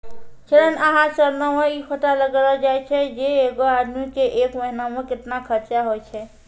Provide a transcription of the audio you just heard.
ऋण आहार चरणो मे इ पता लगैलो जाय छै जे एगो आदमी के एक महिना मे केतना खर्चा होय छै